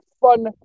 fun